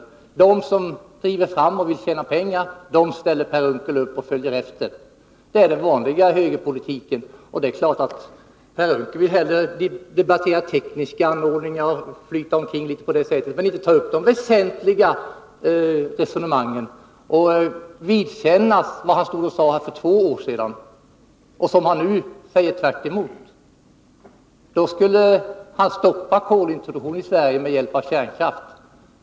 För dem som driver på det här och vill tjäna pengar ställer Per Unckel upp. Dem följer han — det är den vanliga högerpolitiken. Det är klart att Per Unckel hellre vill diskutera tekniska anordningar och flyta omkring i debatten på det sättet, men han vill inte ta upp de väsentliga resonemangen och vidkännas det som han sade här för två år sedan och som han nu har en helt motsatt uppfattning om. Då ville han stoppa kolintroduktionen i Sverige med hjälp av kärnkraft.